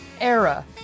era